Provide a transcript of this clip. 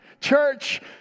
Church